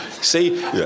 See